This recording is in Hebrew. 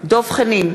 דב חנין,